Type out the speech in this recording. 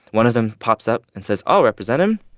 one of them pops up and says, i'll represent him.